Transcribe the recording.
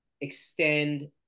extend